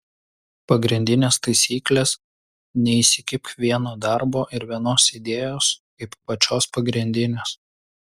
pagrindinės taisyklės neįsikibk vieno darbo ir vienos idėjos kaip pačios pagrindinės